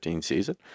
season